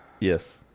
Yes